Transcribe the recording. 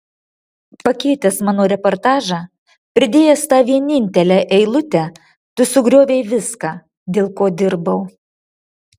pakeitęs mano reportažą pridėjęs tą vienintelę eilutę tu sugriovei viską dėl ko dirbau